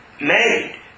made